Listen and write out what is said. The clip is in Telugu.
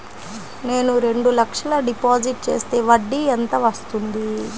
నేను రెండు లక్షల డిపాజిట్ చేస్తే వడ్డీ ఎంత వస్తుంది?